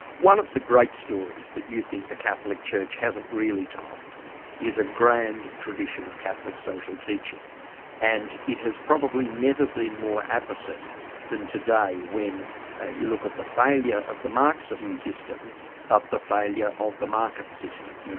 one of the great stories that you think the catholic church hasn't really told is a grand tradition of catholic social teaching and it has probably never been more apposite than today when you look at the failure of the marxist and system but the failure of the market system.